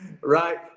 Right